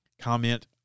comment